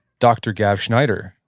dr. gav schneider,